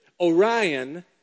Orion